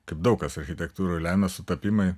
kaip daug kas architektūroj lemia sutapimai